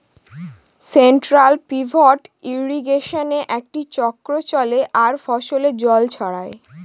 central pivot ইর্রিগেশনে একটি চক্র চলে আর ফসলে জল ছড়ায়